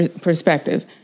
perspective